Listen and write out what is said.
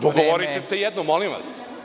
Dogovorite se jednom molim vas.